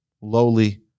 lowly